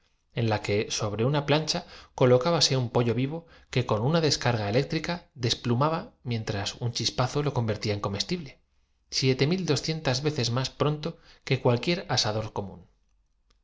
en la que sobre una plancha colocábase un pollo cuál sería nuestra suerte disparados sin rumbo en el vivo que una descarga eléctrica desplumaba mientras espacio y qué responsabilidad no pesaría sobre nos un chispazo lo convertía en comestible siete mil dos otros dejando insoluble el más gigantesco de los pro cientas veces más pronto que cualquier asador común